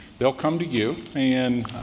they'll come to you. and,